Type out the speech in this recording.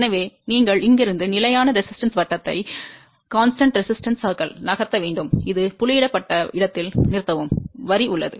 எனவே நீங்கள் இங்கிருந்து நிலையான எதிர்ப்பு வட்டத்தை நகர்த்த வேண்டும் இது புள்ளியிடப்பட்ட இடத்தில் நிறுத்தவும் வரி உள்ளது